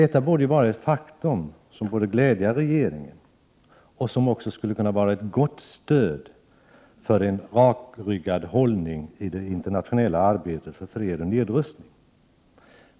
Detta är ett faktum som borde glädja regeringen och som skulle kunna vara ett gott stöd för en rakryggad hållning i det internationella arbetet för fred och nedrustning.